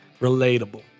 Relatable